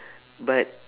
but